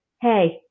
hey